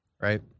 Right